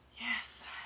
Yes